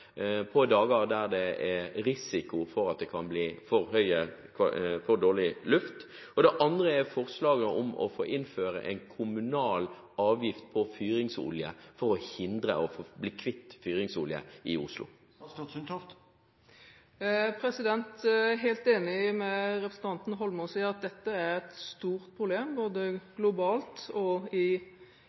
Det andre er forslaget om å få innføre en kommunal avgift på fyringsolje for å hindre og bli kvitt fyringsolje i Oslo. Jeg er helt enig med representanten Holmås i at dette er et stort problem både globalt og i